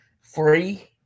free